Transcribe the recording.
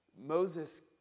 Moses